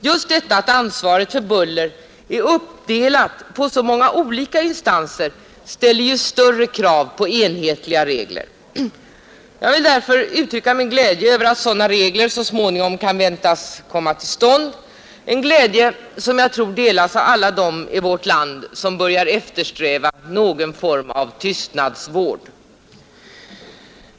Just detta att ansvaret för buller är uppdelat på så många olika instanser ställer större krav på enhetliga regler. Jag vill därför uttrycka min glädje över att sådana regler så småningom kan väntas komma till stånd, en glädje som jag tror delas av alla dem i vårt land som börjar eftersträva någon form av tystnadsvård.